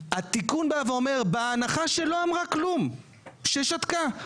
התיקון בא ואומר בהנחה שלא אמרה כלום, ששתקה,